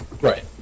Right